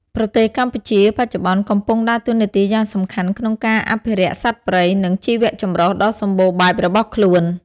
ប្រទេសកម្ពុជាបច្ចុប្បន្នកំពុងដើរតួនាទីយ៉ាងសំខាន់ក្នុងការអភិរក្សសត្វព្រៃ និងជីវៈចម្រុះដ៏សម្បូរបែបរបស់ខ្លួន។